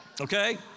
Okay